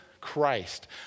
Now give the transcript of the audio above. Christ